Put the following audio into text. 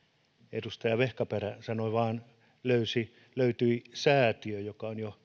edustaja vehkaperä sanoi vaan löytyi säätiö joka on perustettu jo